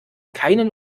keinen